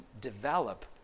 develop